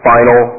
Final